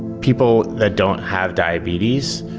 people that don't have diabetes,